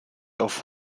auf